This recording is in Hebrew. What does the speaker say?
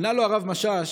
ענה לו הרב משאש: